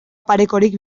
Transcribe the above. parekorik